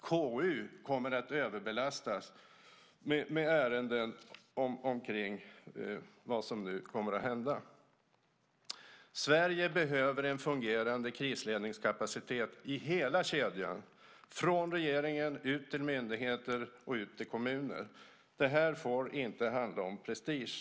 KU kommer att överbelastas med ärenden omkring vad som kommer att hända. Sverige behöver en fungerande krisledningskapacitet i hela kedjan från regeringen ut till myndigheter och kommuner. Det får inte handla om prestige.